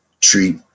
treat